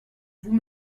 vous